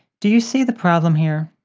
do you see the problem here?